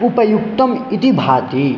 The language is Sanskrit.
उपयुक्तं इति भाति